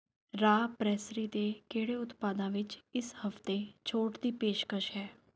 ਰਾ ਪ੍ਰੈਸਰੀ ਦੇ ਕਿਹੜੇ ਉਤਪਾਦਾਂ ਵਿੱਚ ਇਸ ਹਫ਼ਤੇ ਛੋਟ ਦੀ ਪੇਸ਼ਕਸ਼ ਹੈ